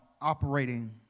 operating